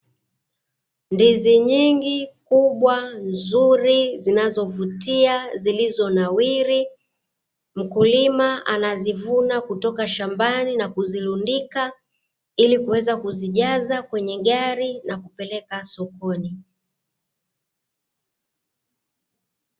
Ndizi nyingi kubwa nzuri, zinazovutia zilizo nawili, mkulima anazivuna kutoka shambani na kuzirundika ili kuweza kuzijaza kwenye gari na kupeleka sokoni. ,